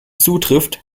zutrifft